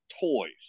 toys